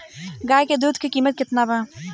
गाय के दूध के कीमत केतना बा?